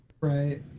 Right